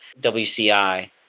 WCI